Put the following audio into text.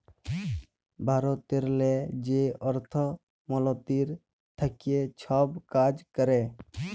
ভারতেরলে যে অর্থ মলতিরি থ্যাকে ছব কাজ ক্যরে